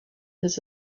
his